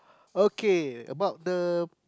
okay about the